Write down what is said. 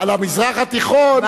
אבל אם אתה מדבר על המזרח התיכון,